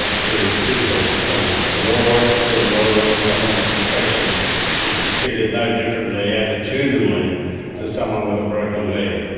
ah to physical illness, we'd all like to see a world where someone with depression is treated no differently attitudinally to someone with a broken leg.